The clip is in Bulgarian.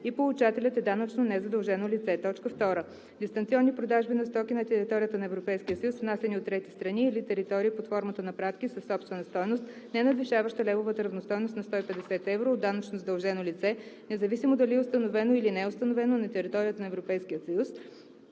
и получателят е данъчно незадължено лице; 2. дистанционни продажби на стоки на територията на Европейския съюз, внасяни от трети страни или територии под формата на пратки със собствена стойност, ненадвишаваща левовата равностойност на 150 евро, от данъчно задължено лице, независимо дали е установено или не е установено на територията на